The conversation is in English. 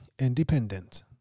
independent